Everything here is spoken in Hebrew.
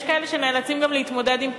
יש כאלה שנאלצים גם להתמודד עם פיטורים.